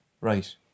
right